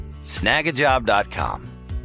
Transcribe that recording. Snagajob.com